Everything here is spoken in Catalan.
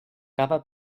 cada